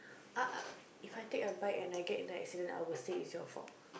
uh If I take a bike and I get into an accident I would say it's your fault